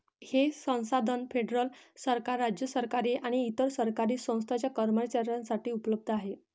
हे संसाधन फेडरल सरकार, राज्य सरकारे आणि इतर सरकारी संस्थांच्या कर्मचाऱ्यांसाठी उपलब्ध आहे